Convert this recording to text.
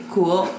Cool